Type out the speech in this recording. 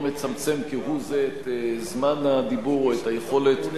לא מצמצם כהוא זה את זמן הדיבור או את היכולת לפעול.